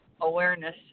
awareness